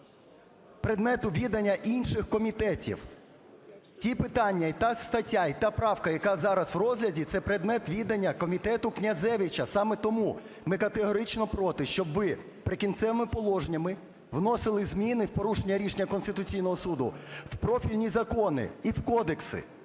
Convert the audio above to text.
предмету відання інших комітетів. Ті питання і та стаття, і та правка, яка зараз в розгляді, – це предмет відання комітету Князевича. Саме тому ми категорично проти, щоб ви "Прикінцевими положеннями" вносили зміни в порушення рішення Конституційного Суду в профільні закони і в кодекси.